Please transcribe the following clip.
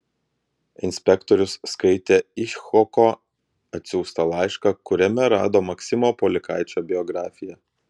inspektorius skaitė icchoko atsiųstą laišką kuriame rado maksimo polikaičio biografiją